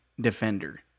defender